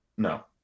No